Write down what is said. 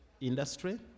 industry